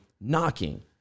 knocking